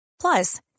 Plus